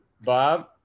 Bob